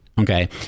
Okay